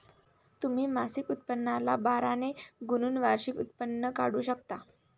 तुम्ही मासिक उत्पन्नाला बारा ने गुणून वार्षिक उत्पन्न काढू शकता